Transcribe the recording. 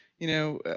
you know,